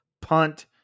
punt